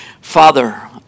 Father